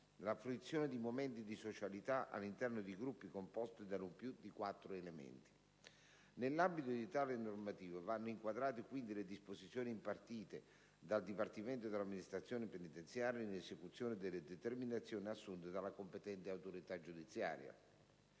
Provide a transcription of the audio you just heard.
la fruizione di momenti di socialità, all'interno di gruppi composti da non più di quattro elementi. Nell'ambito di tale normativa vanno inquadrate, quindi, le disposizioni impartite dal dipartimento dell'amministrazione penitenziaria, in esecuzione delle determinazioni assunte dalla competente autorità giudiziaria.